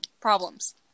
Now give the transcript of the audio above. problems